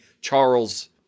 Charles